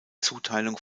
zuteilung